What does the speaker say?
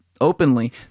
openly –